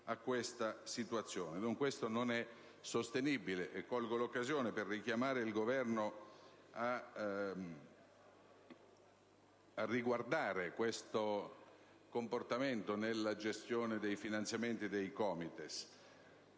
a tale situazione. Ciò non è sostenibile, e colgo l'occasione per richiamare il Governo a riguardare questo comportamento nella gestione dei finanziamenti dei COMITES.